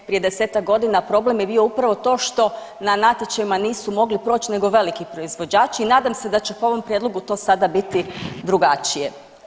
Prije desetak godina problem je bio upravo to što na natječajima nisu mogli proći nego veliki proizvođači i nadam se da će po ovom prijedlogu to sada biti drugačije.